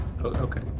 okay